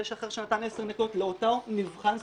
ויש אחר שנתן עשר נקודות לאותו מבחן ספציפי.